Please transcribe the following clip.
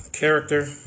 Character